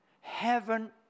heaven